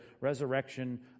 resurrection